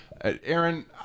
Aaron